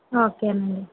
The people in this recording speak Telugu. ఓకే అండి